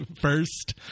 first